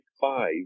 five